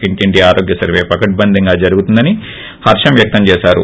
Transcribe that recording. ఇంటింటి ఆరోగ్య సర్వే పకడ్బందీగా జరుగుతుందన్న దని హర్షం వ్యక్తం చేశారు